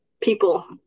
people